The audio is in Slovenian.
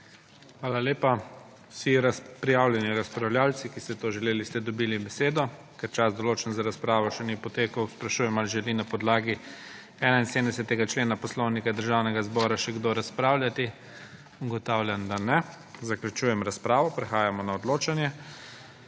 Hvala lepa. Vsi prijavljeni razpravljavci, ki ste to želeli, ste dobili besedo. Ker čas, določen za razpravo, še ni potekel, sprašujem, ali želi na podlagi 71. člena Poslovnika Državnega zbora še kdo razpravljati. Ugotavljam, da ne. Zaključujem razpravo. Prehajamo na odločanje.